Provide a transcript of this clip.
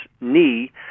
knee